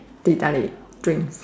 teh-tarik drinks